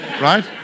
right